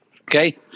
Okay